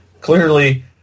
clearly